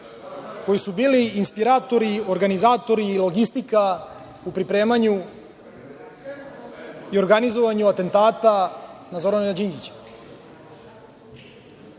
koji su bili inspiratori, organizatori i logistika u pripremanju i organizovanju atentata na Zorana Đinđića. Mislim